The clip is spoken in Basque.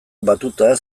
batuta